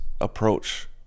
approach